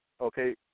Okay